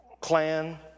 clan